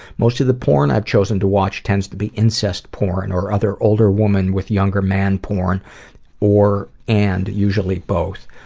most of the porn i've chosen to watch tends to be incest porn or other older woman with younger man porn or and usually both.